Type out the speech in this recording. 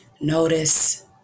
notice